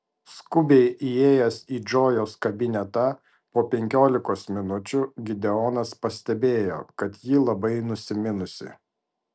skubiai įėjęs į džojos kabinetą po penkiolikos minučių gideonas pastebėjo kad ji labai nusiminusi